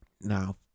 Now